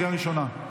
קריאה ראשונה.